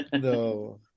No